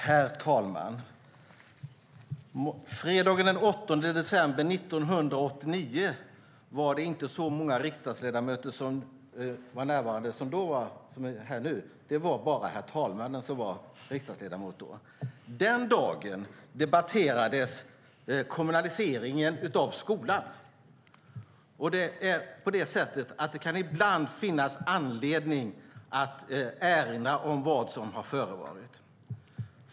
Herr talman! Fredagen den 8 december 1989 var det inte så många riksdagsledamöter närvarande som är här nu - det var bara herr talmannen som var riksdagsledamot då. Den dagen debatterades kommunaliseringen av skolan, och det kan ibland finnas anledning att erinra om vad som har förevarit.